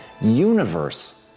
universe